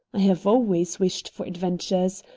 i have always wished for adventures,